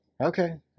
Okay